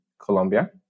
Colombia